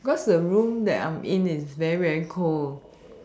cause the room that I'm in is very very cold